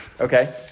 Okay